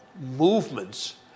movements